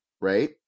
right